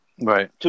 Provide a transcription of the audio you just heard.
Right